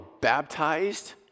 baptized